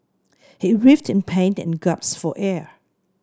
he writhed in pain and gasped for air